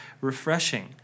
refreshing